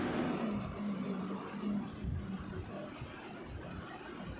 कुन सँ हायब्रिडस गेंहूँ सब सँ नीक उपज देय अछि?